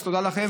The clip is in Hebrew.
תודה לכם,